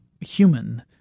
human